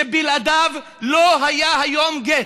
שבלעדיו לא היה היום גט,